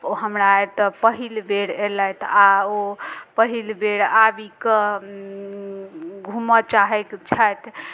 ओ हमरा एतऽ पहिल बेर अयलथि आओर ओ पहिल बेर आबिकऽ घुमऽ चाहैक छथि